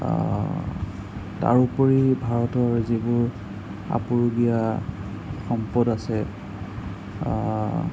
তাৰোপৰি ভাৰতৰ যিবোৰ আপুৰুগীয়া সম্পদ আছে